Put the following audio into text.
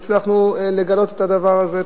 זכינו לגלות את הדבר הזה,